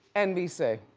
nbc.